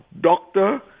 doctor